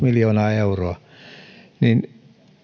miljoonaa euroa